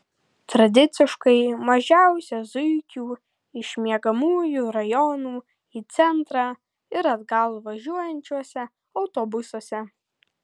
tradiciškai mažiausia zuikių iš miegamųjų rajonų į centrą ir atgal važiuojančiuose autobusuose